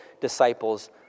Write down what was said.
disciples